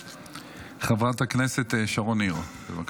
חברת הכנסת שרון ניר, בבקשה.